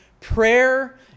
prayer